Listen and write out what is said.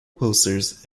posters